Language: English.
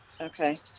Okay